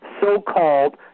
so-called